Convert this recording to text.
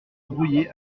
brouiller